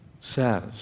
says